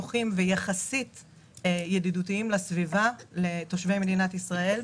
נוחים וידידותיים לסביבה לתושבי מדינת ישראל,